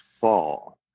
fall